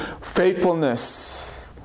faithfulness